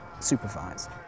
supervised